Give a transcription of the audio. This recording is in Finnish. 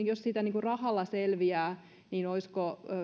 jos siitä rahalla selviää niin olisiko